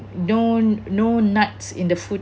no no nuts in the food